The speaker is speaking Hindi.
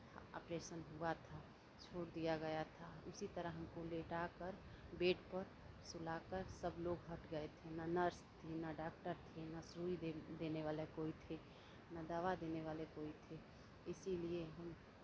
ऑपरेशन हुआ था छोड़ दिया गया था उसी तरह हमको लेटा कर बेड पर सुला कर सब लोग हट गए थे ना नर्स थी ना डॉक्टर थे ना सुई देने वाला कोई थे ना दवा देने वाले कोई थे इसीलिए हम